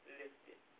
lifted